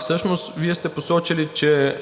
всъщност Вие сте посочили, че